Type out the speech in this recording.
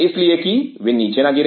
इसलिए कि वे नीचे ना गिरे